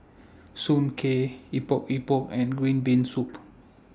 Soon Kueh Epok Epok and Green Bean Soup